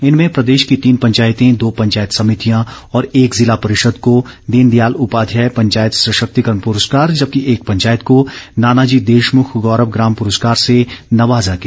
इनमें प्रदेश की तीन पंचायतें दो पंचायत समितियां और एक जिला परिषद को दीन दयाल उपाध्याय पंचायत सशक्तिकरण पुरस्कार जबकि एक पंचायत को नानाजी देशमुख गौरव ग्राम पुरस्कार से नवाजा गया